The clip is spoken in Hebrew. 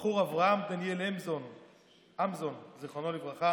תכניסו את זה טוב טוב לראש.